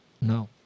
No